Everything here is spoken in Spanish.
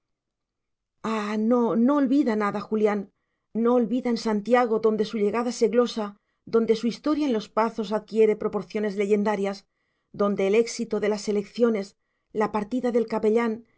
ah no no olvida nada julián no olvida en santiago donde su llegada se glosa donde su historia en los pazos adquiere proporciones leyendarias donde el éxito de las elecciones la partida del capellán